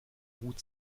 hut